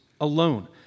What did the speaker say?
Alone